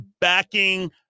backing